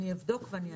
אני אבדוק ואעדכן.